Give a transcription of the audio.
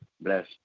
bless